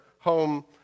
home